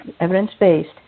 evidence-based